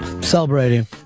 celebrating